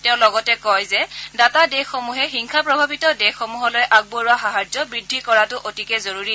তেওঁ লগতে কয় যে দাতা দেশসমূহে হিংসা প্ৰভাৱিত দেশসমূহলৈ আগবঢ়োৱা সাহায্য বৃদ্ধি কৰাটো অতিকে জৰুৰী